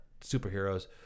superheroes